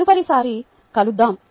తదుపరి సారి కలుద్దాం